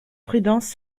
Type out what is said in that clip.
prudence